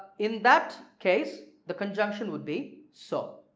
in that case the conjunction would be so.